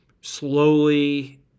slowly